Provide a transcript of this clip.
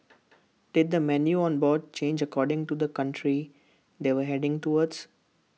did the menu on board change according to the country they were heading towards